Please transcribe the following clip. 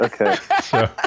Okay